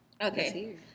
Okay